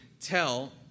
tell